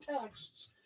texts